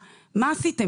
מאוד-מאוד ארוכים,